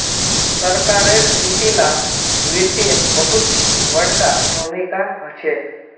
सरकारेर नीती लात वित्तेर बहुत बडका भूमीका होचे